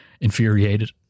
infuriated